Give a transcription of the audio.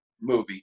movie